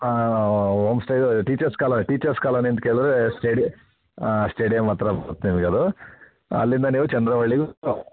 ಹೋಂಸ್ಟೇದು teachers colony teachers teachers colony ಅಂತ ಕೇಳಿದರೆ ಸ್ಟೇಡಿ ಸ್ಟೇಡಿಯಂ ಹತ್ತಿರ ಬರುತ್ತೆ ನಿಮಗದು ಅಲ್ಲಿಂದ ನೀವು ಚಂದ್ರವಳ್ಳಿಗೆ